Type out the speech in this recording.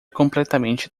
completamente